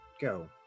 go